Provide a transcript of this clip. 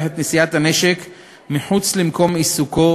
את נשיאת הנשק מחוץ למקום עיסוקו,